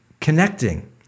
connecting